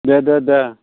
दे दे दे